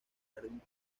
jardín